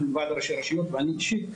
אנחנו, ועד ראשי רשויות ואני אישית,